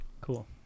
Cool